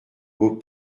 beau